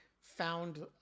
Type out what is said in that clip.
found